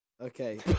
Okay